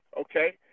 okay